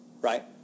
right